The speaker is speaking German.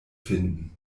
finden